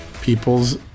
people's